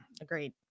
Agreed